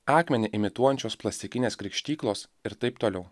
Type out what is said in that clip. akmenį imituojančios klasikinės krikštyklos ir taip toliau